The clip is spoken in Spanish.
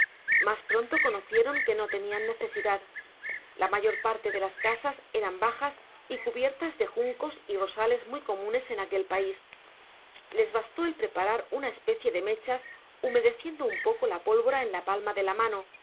mas pronto conocieron que no tenian necesidad la mayor parte de las casas eran bajas y cubiertas de juncos y rosales muy comunes en aquel pais les bastó el preparar una especie de mechas humedeciendo un poco de pólvora en la palma de la mano de